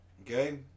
Okay